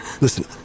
Listen